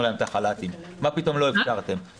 להם את החל"תים ששאלו למה לא אפשרנו.